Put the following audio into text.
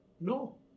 No